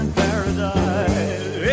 paradise